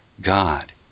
God